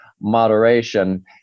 moderation